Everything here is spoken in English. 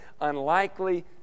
unlikely